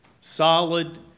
solid